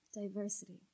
diversity